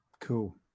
cool